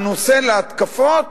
הנושא להתקפות,